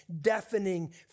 deafening